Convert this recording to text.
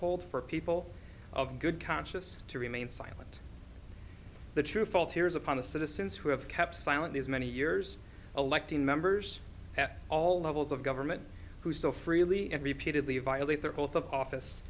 hold for people of good conscious to remain silent the true fault here is upon the citizens who have kept silent these many years electing members at all levels of government who so freely and repeatedly violate their oath of office